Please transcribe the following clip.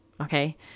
Okay